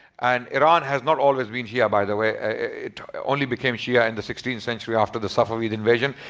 and iran has not always been shia by the way it only became shia in the sixteenth century after the safavids invasion.